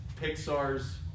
Pixar's